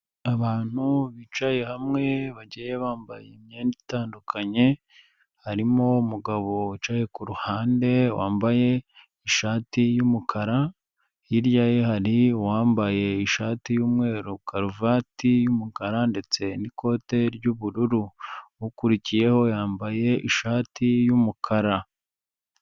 Abantu bicaye hamwe bagiye bambaye imyenda itandukanye, harimo umugabo wicaye ku ruhande wambaye ishati y'umukara, hirya ye hari uwambaye ishati y'umweru, karuvati y'umukara ndetse n'ikote ry'ubururu. Ukurikiyeho yambaye ishati y'umukara.